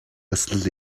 ёслол